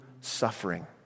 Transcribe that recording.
suffering